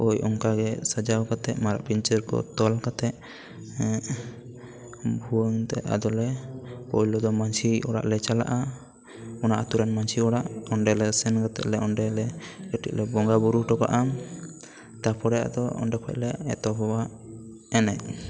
ᱦᱳᱭ ᱚᱱᱠᱟ ᱜᱮ ᱥᱟᱡᱟᱣ ᱠᱟᱛᱮ ᱢᱟᱨᱟᱜ ᱯᱤᱧᱪᱟᱹᱨ ᱠᱚ ᱛᱚᱞ ᱠᱟᱛᱮ ᱵᱷᱩᱣᱟᱹᱝ ᱛᱮ ᱟᱫᱚᱞᱮ ᱯᱩᱭᱞᱩ ᱫᱚ ᱢᱟᱺᱡᱷᱤ ᱚᱲᱟᱜ ᱞᱮ ᱪᱟᱞᱟᱜᱼᱟ ᱚᱱᱟ ᱟᱛᱳ ᱨᱮᱱ ᱢᱟᱺᱡᱷᱤ ᱚᱲᱟᱜ ᱚᱸᱰᱮ ᱞᱮ ᱥᱮᱱ ᱠᱟᱛᱮ ᱚᱸᱰᱮᱞᱮ ᱵᱚᱸᱜᱟ ᱵᱳᱨᱳ ᱴᱚᱯᱟᱭᱟᱢ ᱛᱟᱨᱯᱚᱨᱮ ᱚᱸᱰᱮ ᱠᱷᱚᱡ ᱞᱮ ᱮᱛᱚᱦᱚᱵᱼᱟ ᱮᱱᱮᱡ